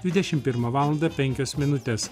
dvidešimt pirmą valandą penkios minutės